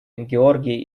георгий